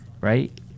right